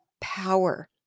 power